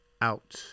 out